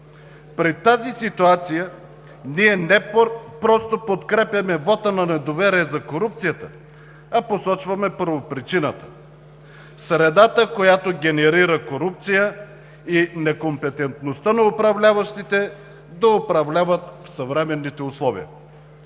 При тази ситуация ние не просто подкрепяме вота на недоверие за корупцията, а посочваме първопричината, средата, която генерира корупция и некомпетентността на управляващите да управляват в съвременните условия.